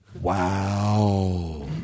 wow